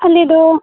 ᱟᱞᱮᱫᱚ